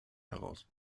heraus